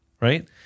right